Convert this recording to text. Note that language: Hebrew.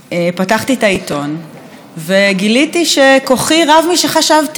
פתחתי את העיתון וגיליתי שכוחי רב משחשבתי.